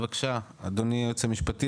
בבקשה אדוני היועץ המשפטי,